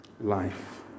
life